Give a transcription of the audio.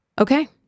okay